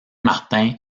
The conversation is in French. martin